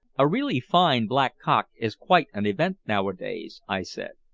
a really fine black-cock is quite an event nowadays, i said.